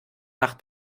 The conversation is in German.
nach